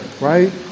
right